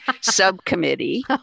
subcommittee